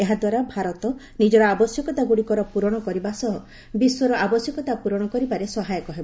ଏହା ଦ୍ୱାରା ଭାରତ ନିଜର ଆବଶ୍ୟକତାଗୁଡ଼ିକର ପୂରଣ କରିବା ସହ ବିଶ୍ୱର ଆବଶ୍ୟକତା ପୂରଣ କରିବାରେ ସହାୟକ ହେବ